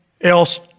else